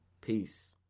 peace